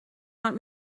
want